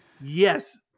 yes